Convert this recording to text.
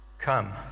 come